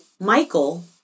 Michael